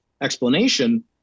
explanation